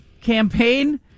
campaign